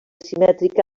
simètrica